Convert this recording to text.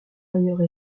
ailleurs